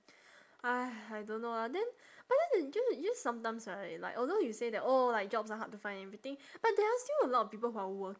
!hais! I don't know ah then but then just just sometimes right like although you say that oh like jobs are hard to find and everything but there are still a lot of people who are work~